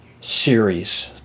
series